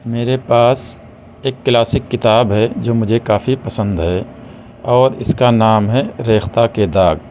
میرے پاس ایک کلاسک کتاب ہے جو مجھے کافی پسند ہے اور اس کا نام ہے ریختہ کے داغ